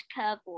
curveball